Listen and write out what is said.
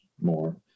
more